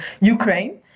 Ukraine